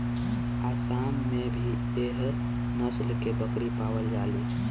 आसाम में भी एह नस्ल के बकरी पावल जाली